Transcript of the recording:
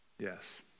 Yes